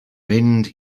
mynd